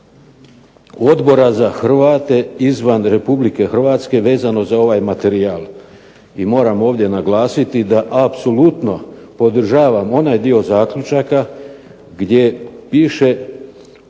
Odbora za Hrvate izvan Republike Hrvatske vezano za ovaj materijal i moram ovdje naglasiti da apsolutno podržavam onaj dio zaključaka gdje piše